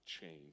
change